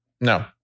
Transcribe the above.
No